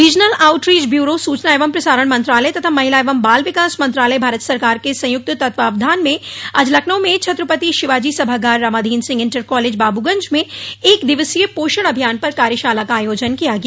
regional outreach bureau सूचना एवं प्रसारण मंत्रालय तथा महिला एवं बाल विकास मंत्रालय भारत सरकार के संयुक्त तत्वावधान में आज लखनऊ में छत्रपति शिवाजी सभागार रामाधीन सिंह इंटर कॉलेज बाबूगंज में एक दिवसीय पोषण अभियान पर कार्यशाला का आयोजन किया गया